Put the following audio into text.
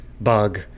bug